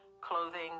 clothing